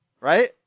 right